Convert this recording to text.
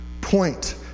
point